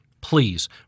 Please